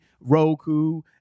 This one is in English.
Roku